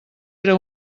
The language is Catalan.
era